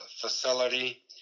facility